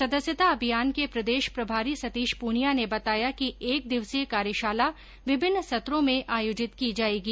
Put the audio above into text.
सदस्यता अभियान के प्रदेश प्रभारी सतीश पूनियां ने बताया कि एक दिवसीय कार्यशाला विभिन्न सत्रों में आयोजित की जायेगी